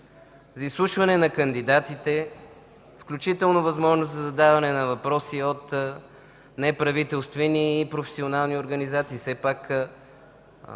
за изслушване на кандидатите, включително възможност за задаване на въпроси от неправителствени и професионални организации. Все пак